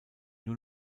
nur